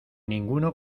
ninguno